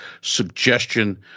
suggestion